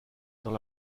dans